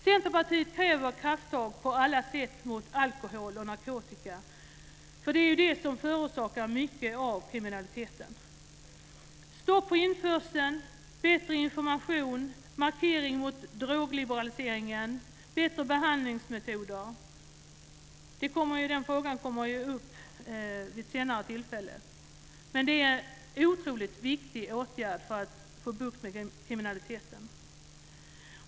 Centerpartiet kräver krafttag på alla sätt mot alkohol och narkotika eftersom detta förorsakar mycket av kriminaliteten. Det handlar om stopp för införseln, bättre information, markeringar mot drogliberaliseringen och bättre behandlingsmetoder. Den frågan kommer ju upp vid ett senare tillfälle. Det är en otroligt viktig åtgärd för att få bukt med kriminaliteten.